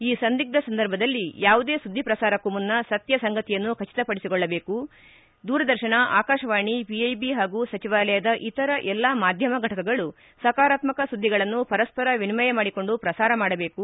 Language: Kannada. ಈ ಸಂದಿಗ್ದ ಸಂದರ್ಭದಲ್ಲಿ ಯಾವುದೇ ಸುದ್ದಿ ಪ್ರಸಾರಕ್ಕೂ ಮುನ್ನ ಸತ್ಯ ಸಂಗತಿಯನ್ನು ಖಚಿತಪಡಿಸಿಕೊಳ್ಳಬೇಕು ದೂರದರ್ಶನ ಆಕಾಶವಾಣಿ ಪಿಐಬಿ ಹಾಗೂ ಸಚಿವಾಲಯದ ಇತರ ಎಲ್ಲಾ ಮಾಧ್ಯಮ ಘಟಕಗಳು ಸಕಾರಾತ್ಮಕ ಸುದ್ದಿಗಳನ್ನು ಪರಸ್ಪರ ವಿನಿಮಯ ಮಾಡಿಕೊಂಡು ಪ್ರಸಾರ ಮಾಡಬೇಕು